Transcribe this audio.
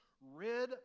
rid